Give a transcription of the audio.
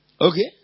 Okay